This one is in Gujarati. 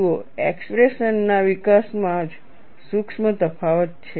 જુઓ એક્સપ્રેશનઓના વિકાસમાં જ સૂક્ષ્મ તફાવત છે